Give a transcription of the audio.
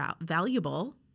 valuable